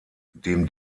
dem